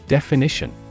Definition